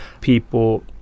people